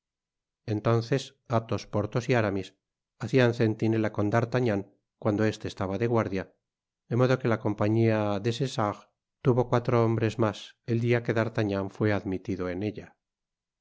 entonces athos porthos y aramis hacian centinela con d'artagnan cuando este estaba de guardia de modo que la compañía des essarts tuvo cuatro hombres mas el dia que d'artagnan fué admitido en ella